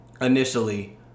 initially